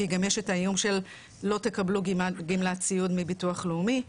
כי גם יש את האיום שלא תקבלו גמלת סיעוד מביטוח לאומי,